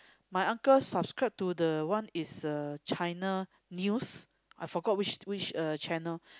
my uncle subscribe to the one is uh China news I forgot which which uh channel